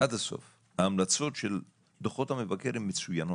ההמלצות של דוחות המבקר הן מצוינות,